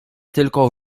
tylko